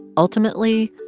ultimately,